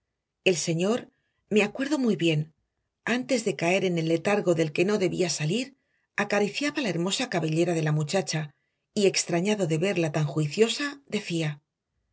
el señor me acuerdo muy bien antes de caer en el letargo de que no debía salir acariciaba la hermosa cabellera de la muchacha y extrañado de verla tan juiciosa decía